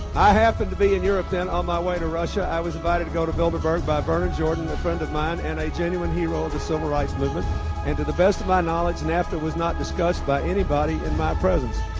i happened to be in europe then on my way to russia, i was invited to go to bilderberg by vernon jordan, a friend of mine, and a genuine hero of the civil rights movement, and to the best of my ah knowledge nafta was not discussed by anybody in my presence.